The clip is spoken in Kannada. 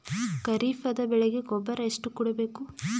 ಖರೀಪದ ಬೆಳೆಗೆ ಗೊಬ್ಬರ ಎಷ್ಟು ಕೂಡಬೇಕು?